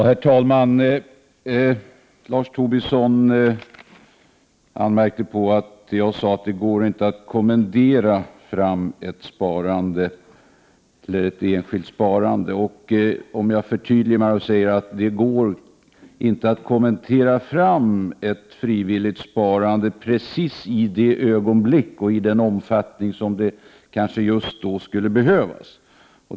Herr talman! Lars Tobisson anmärkte på att jag sade att det inte går att kommendera fram ett enskilt sparande. Jag kan förtydliga mig och säga att det inte går att kommendera fram ett frivilligt sparande precis i rätt ögonblick och i den omfattning som just då skulle behövas.